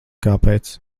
kāpēc